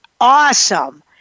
awesome